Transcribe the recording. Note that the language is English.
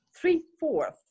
three-fourth